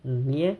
mm 你 leh